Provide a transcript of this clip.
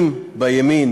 אם בימין